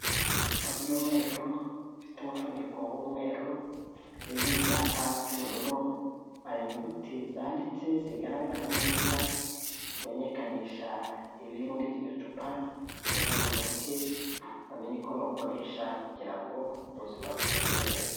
Icupa ry'umweru rifite umufuniko w'umweru uriho icyapa cy'ubururu, hari inyuguti zanditse zigaragara neza zimenyekanisha ibiri muri iryo cupa, niba ari umuti bamenye uko bawukoresha kugira ngo ubuzima bugende neza.